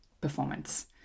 performance